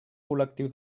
col·lectiu